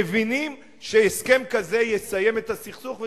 מבינים שהסכם כזה יסיים את הסכסוך,